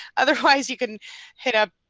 otherwise, you can hit up.